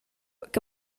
che